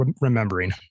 remembering